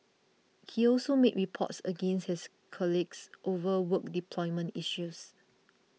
he also made reports against his colleagues over work deployment issues